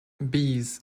bees